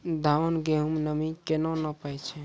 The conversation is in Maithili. धान, गेहूँ के नमी केना नापै छै?